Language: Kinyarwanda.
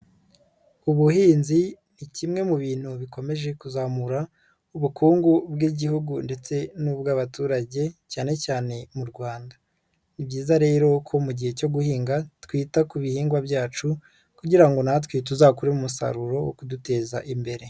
Ubuhinzi ni kimwe mu bintu bikomeje kuzamura ubukungu bw'Igihugu ndetse n'ubw'abaturage cyane cyane mu Rwanda, ni byizayiza rero ko mu gihe cyo guhinga twita ku bihingwa byacu kugira ngo natwe tuzakuremo umusaruro wo kuduteza imbere.